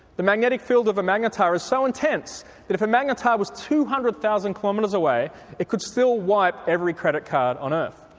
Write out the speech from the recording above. the magnetic field of a magnetar is so intense that if a magnetar was two hundred thousand kilometres away it could still wipe every credit card on earth.